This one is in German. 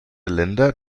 länder